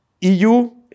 EU